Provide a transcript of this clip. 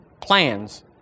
plans